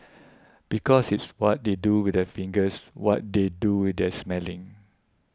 because it's what they do with their fingers what they do with their smelling